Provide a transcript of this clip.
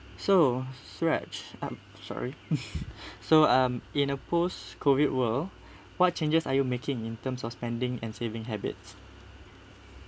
so suresh ah sorry so um in a post-COVID world what changes are you making in terms of spending and saving habits